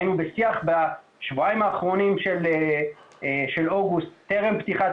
היינו בשיח בשבועיים האחרונים של אוגוסט טרם פתיחת